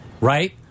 Right